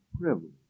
privilege